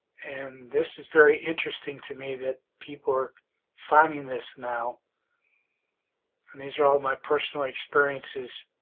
and this is very interesting to me that people are finding this now and these are all my personal experiences